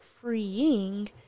freeing